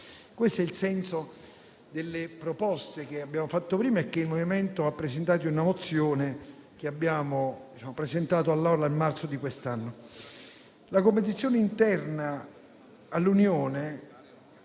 Questo è il senso delle proposte che abbiamo fatto prima e che il MoVimento 5 Stelle ha presentato in una mozione, che abbiamo presentato all'Assemblea nel marzo di quest'anno. La competizione interna all'Unione